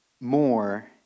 more